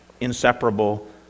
inseparable